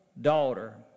daughter